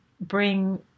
bring